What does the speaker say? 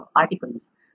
articles